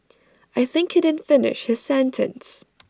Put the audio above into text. I think he didn't finish his sentence